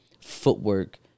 footwork